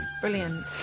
Brilliant